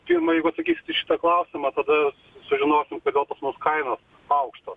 pirma jeigu atsakysit į šitą klausimą tada sužinosim kodėl pas mus kainos aukštos